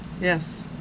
Yes